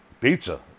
pizza